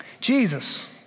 Jesus